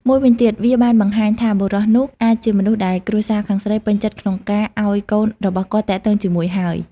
មួយវិញទៀត វាបានបង្ហាញថាបុរសនោះអាចជាមនុស្សដែលគ្រួសារខាងស្រីពេញចិត្តក្នុងការឲ្យកូនរបស់គាត់ទាក់ទងជាមួយហើយ។